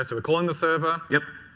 ah we're calling the server.